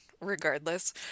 regardless